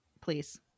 please